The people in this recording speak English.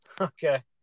Okay